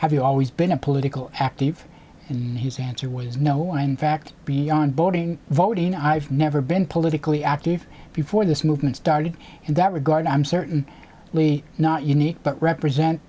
have you always been a political active and he's answer was no one in fact beyond voting voting i've never been politically active before this movement started in that regard i'm certain lee not unique but represent